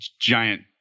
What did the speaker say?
giant